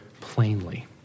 plainly